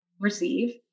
receive